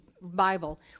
Bible